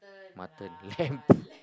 mutton lamb